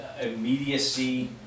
immediacy